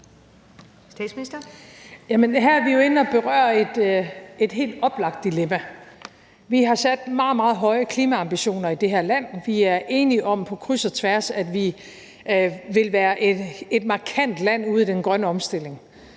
her er vi jo inde at berøre et helt oplagt dilemma. Vi har sat meget, meget høje klimaambitioner i det her land. Vi er enige om på kryds og tværs, at vi vil være et markant land ud i den grønne omstilling.